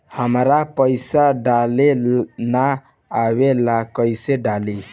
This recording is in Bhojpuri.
हमरा पईसा डाले ना आवेला कइसे डाली?